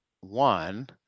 One